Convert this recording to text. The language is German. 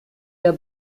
der